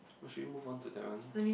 or should we move on to that one